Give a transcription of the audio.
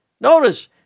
Notice